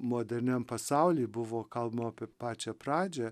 moderniam pasauly buvo kalbama apie pačią pradžią